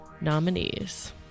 nominees